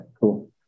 Cool